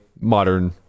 modern